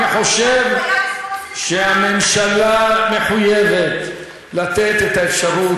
אני חושב שהממשלה מחויבת לתת את האפשרות